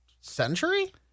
century